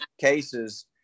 cases